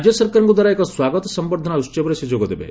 ରାଜ୍ୟ ସରକାରଙ୍କ ଦ୍ୱାରା ଏକ ସ୍ୱାଗତ ସମ୍ଭର୍ଦ୍ଧନା ଉତ୍ସବରେ ସେ ଯୋଗ ଦେବେ